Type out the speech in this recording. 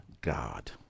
God